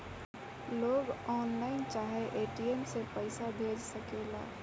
लोग ऑनलाइन चाहे ए.टी.एम से पईसा भेज सकेला